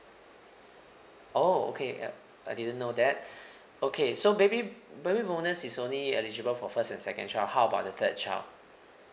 oh okay uh I didn't know that okay so baby baby bonus is only eligible for first and second child how about the third child